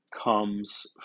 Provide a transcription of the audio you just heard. comes